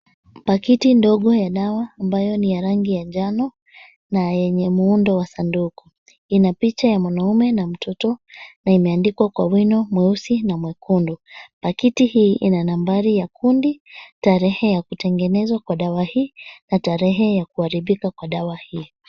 Kakitu ndogo ya dawa ambayo ni ya rangi ya njano na yenye muundo wa sanduku. Ina picha ya mwanume na mtoto na imeandikwa kwa wino mweusi na mwekundu. Pakiti hii ina nambari ya kundi, tarehe ya kutengenezwa kwa dawa hii na tarehe ya kuharibika kwa dawa hii.